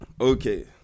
okay